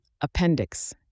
Appendix